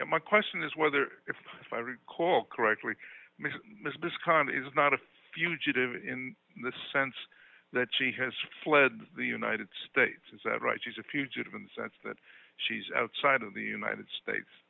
my question is whether if i recall correctly this comet is not a fugitive in the sense that she has fled the united states is that right she's a fugitive in the sense that she's outside of the united states